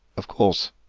of course,